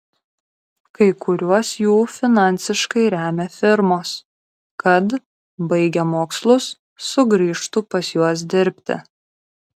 kai kuriuos jų finansiškai remia firmos kad baigę mokslus sugrįžtų pas juos dirbti